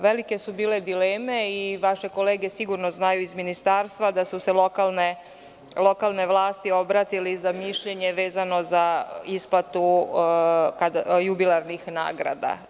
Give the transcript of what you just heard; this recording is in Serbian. Velike su bile dileme, i vaše kolege iz ministarstva sigurno znaju da su se lokalne vlasti obratili za mišljenje vezano za isplatu jubilarnih nagrada.